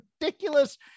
ridiculous